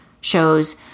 shows